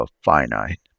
finite